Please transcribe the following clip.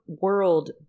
world